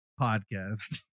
podcast